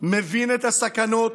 מבין את הסכנות.